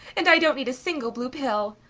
and i don't need a single blue pill!